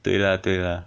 对啦对啦